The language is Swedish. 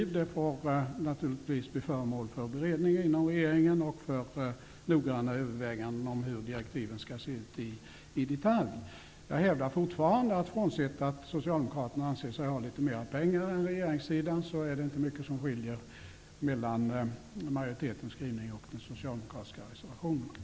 Hur direktiven skall se ut i detalj får naturligtvis bli föremål för beredning och noggranna överväganden inom regeringen. Jag hävdar fortfarande att frånsett att Socialdemokraterna anser sig ha litet mera pengar än regeringssidan är det inte mycket som skiljer mellan utskottsmajoritetens skrivning och den socialdemokratiska reservationen.